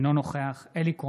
אינו נוכח אלי כהן,